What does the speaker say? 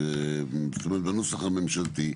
זאת אומרת, בנוסח הממשלתי,